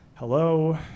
hello